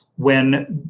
when,